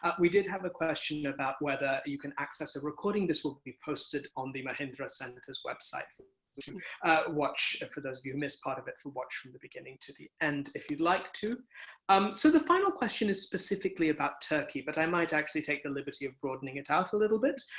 ah we did have a question about whether you can access a recording. this will be posted on the mahindra center's website for you to watch for those of you who missed part of it, to watch from the beginning to the end, if you'd like to. um so the final question is specifically about turkey. but i might actually take the liberty of broadening it out a little bit.